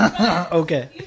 Okay